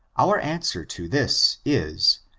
our answer to this is,